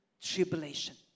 Tribulation